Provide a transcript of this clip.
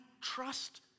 trust